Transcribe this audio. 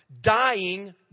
dying